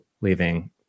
leaving